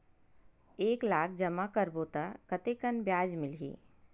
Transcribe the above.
एक लाख जमा करबो त कतेकन ब्याज मिलही?